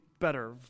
better